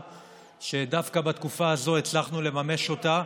שדווקא בתקופה הזאת הצלחנו לממש אותה.